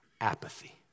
apathy